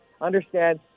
understand